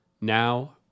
Now